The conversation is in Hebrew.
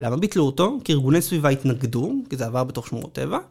למה ביטלו אותו? כי ארגוני סביבה התנגדו, כי זה עבר בתוך שמורות טבע